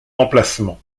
emplacement